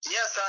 Yes